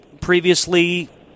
previously